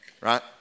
right